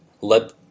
let